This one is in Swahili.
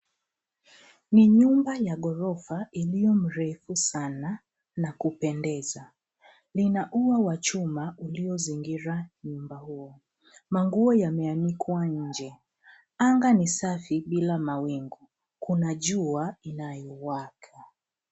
Ni nyumba ya ghorofa iliyo mrefu sana na kupendeza. Lina ua wa chuma uliozingira nyuma huo. Manguo yameanikwa nje. Anga ni safi bila mawingu. Kuna jua inayowaka.